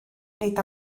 nid